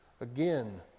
again